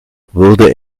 wurde